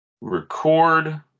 record